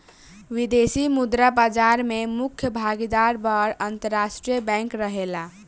विदेशी मुद्रा बाजार में मुख्य भागीदार बड़ अंतरराष्ट्रीय बैंक रहेला